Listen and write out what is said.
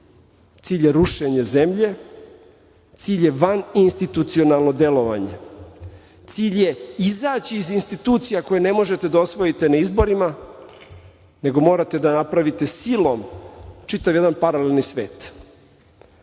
cilj je rušenje zemlje, cilj vaninstitucionalno delovanje, cilj je izaći iz institucija koje ne možete da osvojite na izborima, nego morate da napravite silom čitava jedan paralelni svet